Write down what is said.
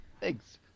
Thanks